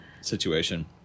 situation